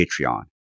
Patreon